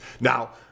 Now